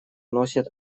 носит